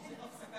צריך הפסקת